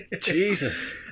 Jesus